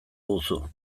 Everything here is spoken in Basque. duzu